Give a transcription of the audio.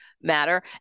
matter